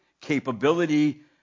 capability